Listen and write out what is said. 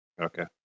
Okay